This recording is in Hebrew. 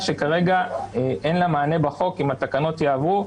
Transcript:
שכרגע אין לה מענה בחוק אם התקנות יעברו